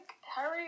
Harry